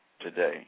today